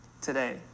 Today